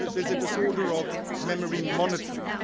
there's a disorder of memory monitoring,